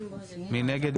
מי נגד?